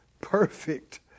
perfect